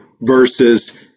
versus